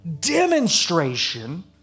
demonstration